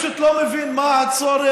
מה הסיכוי,